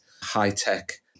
high-tech